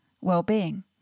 well-being